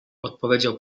odpowiedział